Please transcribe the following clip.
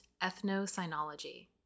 EthnoSynology